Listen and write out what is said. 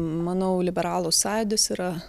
manau liberalų sąjūdis yra